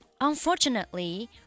Unfortunately